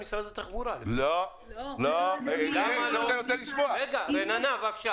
אני חושב שעד היום לא מצאו מענה בגלל מחלוקת